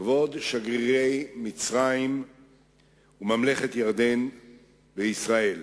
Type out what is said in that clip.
כבוד שגרירי מצרים וממלכת ירדן בישראל,